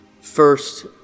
first